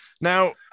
Now